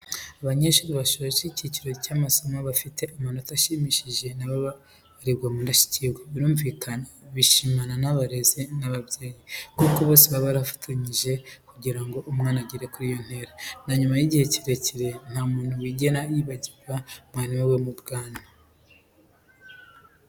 Abanyeshuri bashoje icyiciro cy'amasomo bafite amanota ashimishije na bo babarirwa mu ndashyikirwa. Birumvikana bishimana n'abarezi n'ababyeyi, kuko bose baba barafatanyije kugira ngo umwana agere kuri iyo ntera, na nyuma y'igihe kirekire, nta muntu wigera yibagirwa mwarimu we wo mu bwana.